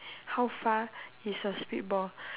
how far is the spit ball